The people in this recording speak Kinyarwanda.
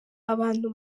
abantu